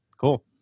Cool